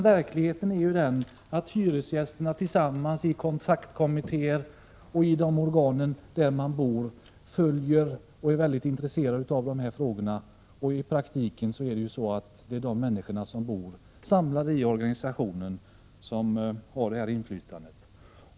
Verkligheten är den att hyresgästerna tillsammans i kontaktkommittéer där de bor följer verksamheten och är mycket intresserade av de här frågorna. I praktiken är det de människor som bor där, samlade i organisationen, som har ett inflytande.